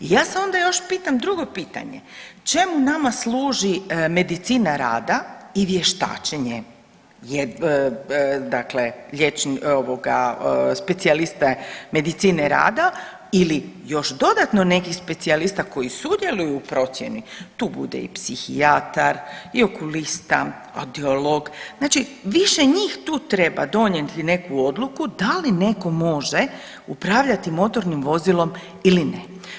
I ja se onda još pitam drugo pitanje čemu nama služi medicina rada i vještačenje dakle ovoga specijaliste medicine rada ili još dodatno nekih specijalista koji sudjeluju u procijeni, tu bude i psihijatar i okulista, kardiolog, znači više njih tu treba donijeti neku odluku da li neko može upravljati motornim vozilom ili ne.